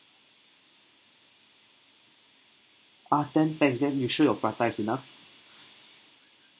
ah ten friends then you sure your prata is enough